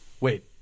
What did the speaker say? Wait